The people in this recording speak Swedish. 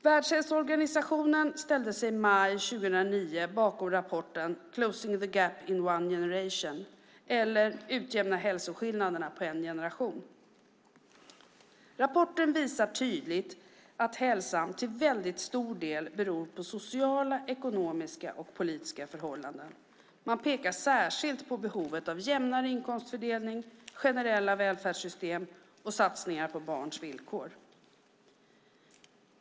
Världshälsoorganisationen ställde sig i maj 2009 bakom rapporten Closing the Gap in a Generation - att utjämna hälsoskillnaderna på en generation. Rapporten visar tydligt att hälsan till väldigt stor del beror på sociala, ekonomiska och politiska förhållanden. Man pekar särskilt på behovet av jämnare inkomstfördelning, generella välfärdssystem och satsningar på barns villkor.